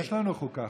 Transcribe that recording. יש לנו חוקה,